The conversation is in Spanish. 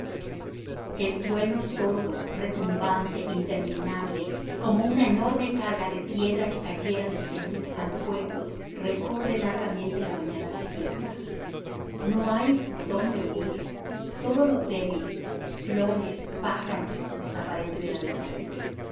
el trueno sordo retumbante interminable como una enorme carga de piedra que cayera del cenit al pueblo recorre largamente la mañana desierta no hay por dónde huir todo lo débil flores pájaros desaparece de la vida